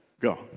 Go